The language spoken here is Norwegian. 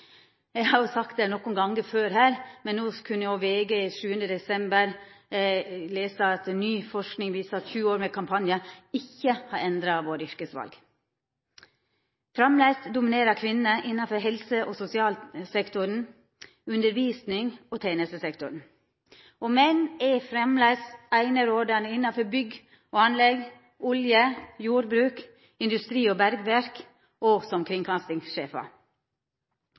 Eg har jo sagt det nokre gonger før her, men no kunne me òg lesa i VG 7. desember at ny forsking viser at 20 år med kampanjar ikkje har endra yrkesvala våre. Framleis dominerer kvinner innanfor helse- og sosialsektoren, undervisning og tenestesektoren. Og menn er framleis einerådande innanfor bygg og anlegg, olje, jordbruk, industri og bergverk og som